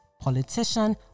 politician